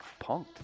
punked